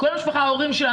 ההורים שלה,